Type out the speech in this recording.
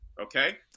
Okay